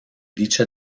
dicha